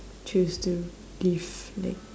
choose to live like